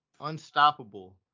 unstoppable